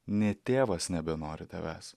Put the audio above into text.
net tėvas nebenori tavęs